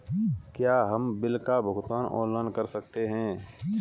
क्या हम बिल का भुगतान ऑनलाइन कर सकते हैं?